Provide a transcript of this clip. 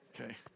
Okay